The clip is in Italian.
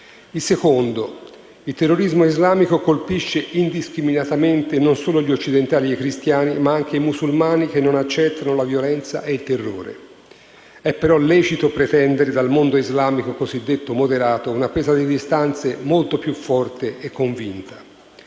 In secondo luogo, il terrorismo islamico colpisce indiscriminatamente non solo gli occidentali e i cristiani, ma anche i musulmani che non accettano la violenza e il terrore. È però lecito pretendere dal mondo islamico cosiddetto moderato una presa di distanze molto più forte e convinta.